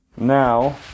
Now